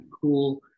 cool